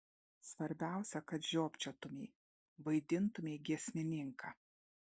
svarbiausia kad žiopčiotumei vaidintumei giesmininką